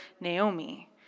Naomi